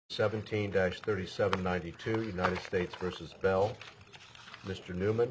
seventeen dutch thirty seven ninety two united states versus bell mr newman